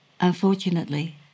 Unfortunately